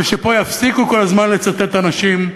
ופה יפסיקו כל הזמן לצטט אנשים שנהרגו,